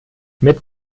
mit